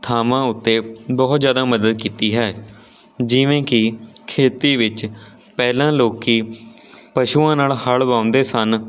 ਥਾਵਾਂ ਉੱਤੇ ਬਹੁਤ ਜ਼ਿਆਦਾ ਮਦਦ ਕੀਤੀ ਹੈ ਜਿਵੇਂ ਕਿ ਖੇਤੀ ਵਿੱਚ ਪਹਿਲਾਂ ਲੋਕ ਪਸ਼ੂਆਂ ਨਾਲ ਹੱਲ ਵਾਹੁੰਦੇ ਸਨ